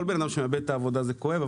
כל אדם שמאבד את עבודתו זה כואב,